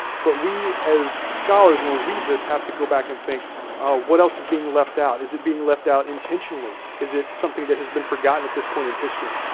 but we as scholars, when we read this, have to go back and think what else is being left out? is it being left out intentionally? is it something that has been forgotten at this point in history?